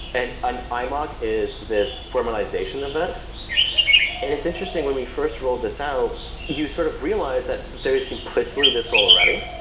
and and imoc is this formalization event and it's interesting, when we first rolled this out, you sort of realize that there is in place like already.